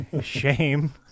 Shame